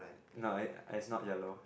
no it's not yellow